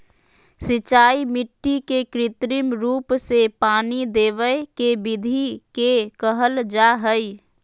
सिंचाई मिट्टी के कृत्रिम रूप से पानी देवय के विधि के कहल जा हई